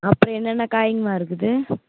அப்புறோம் என்னென்ன காய்ங்கமா இருக்குது